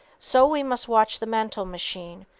so we must watch the mental machine,